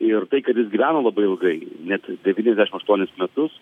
ir tai kad jis gyveno labai ilgai net devyniasdešimt aštuonis metus